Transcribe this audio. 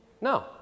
No